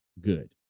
good